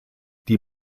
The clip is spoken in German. die